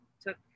took